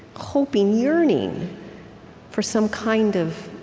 hoping, yearning for some kind of